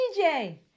DJ